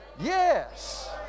Yes